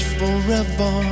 forever